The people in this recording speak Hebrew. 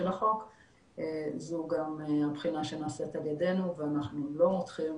החוק וזו גם הבחינה שנעשית על ידינו ואנחנו לא מותחים